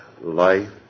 life